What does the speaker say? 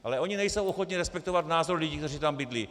Ale oni nejsou ochotni respektovat názory lidí, kteří tam bydlí.